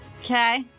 Okay